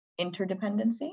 interdependency